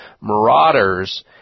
marauders